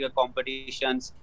competitions